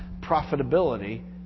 profitability